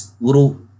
little